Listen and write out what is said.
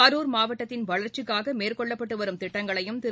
கரூர் மாவட்டத்தின் வளர்ச்சிக்காக மேற்கொள்ளப்பட்டுவரும் திட்டங்களையும் திரு